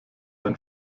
ein